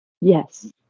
Yes